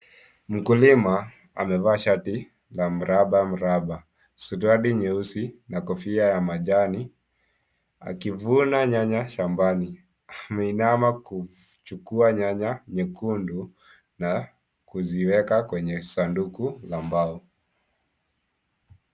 Mkulima amevaa shati la mrabamraba suruali nyeusi na kofia ya manjani akivuna nyanya shambani ameinama kuchukuwa nyanya nyekundu na kuziweka kwenye sanduku ya mbao.